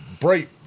bright